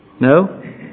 No